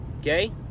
Okay